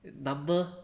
number